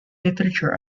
literature